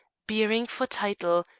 bearing for title,